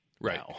Right